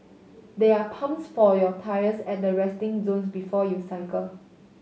there are pumps for your tyres at the resting zones before you cycle